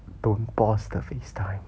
don't pause the FaceTime